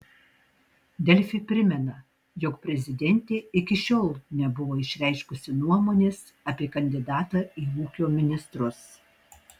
delfi primena jog prezidentė iki šiol nebuvo išreiškusi nuomonės apie kandidatą į ūkio ministrus